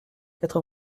quatre